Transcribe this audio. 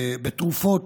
בתרופות,